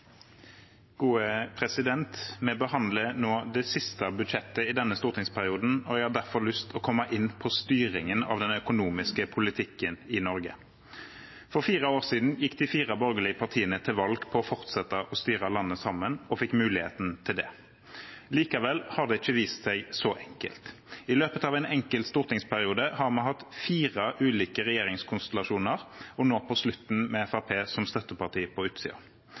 Vi behandler nå det siste budsjettet i denne stortingsperioden, og jeg har derfor lyst til å komme inn på styringen av den økonomiske politikken i Norge. For fire år siden gikk de fire borgerlige partiene til valg på å fortsette å styre landet sammen og fikk muligheten til det. Likevel har det ikke vist seg så enkelt. I løpet av en enkelt stortingsperiode har vi hatt fire ulike regjeringskonstellasjoner, nå på slutten med Fremskrittspartiet som støtteparti på